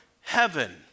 heaven